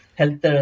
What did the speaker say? health